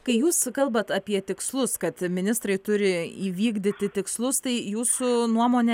kai jūs kalbat apie tikslus kad ministrai turi įvykdyti tikslus tai jūsų nuomone